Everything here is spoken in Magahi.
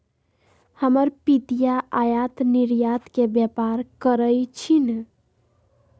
हमर पितिया आयात निर्यात के व्यापार करइ छिन्ह